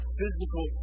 physical